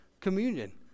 communion